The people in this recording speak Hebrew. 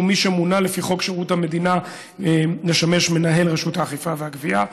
שהוא מי שמונה לפי חוק שירות המדינה לשמש מנהל רשות האכיפה והגבייה.